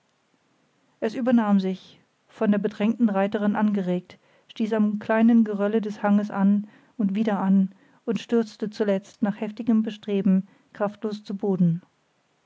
es übernahm sich von der bedrängten reiterin angeregt stieß am kleinen gerölle des hanges an und wieder an und stürzte zuletzt nach heftigem bestreben kraftlos zu boden